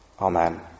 Amen